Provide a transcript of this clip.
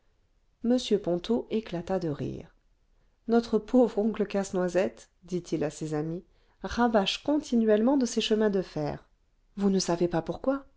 m ponto éclata de rire notre pauvre oncle casse-noisette dit-il à ses amis rabâche continuellement de ses chemins de fer vous ne savez pas pourquoi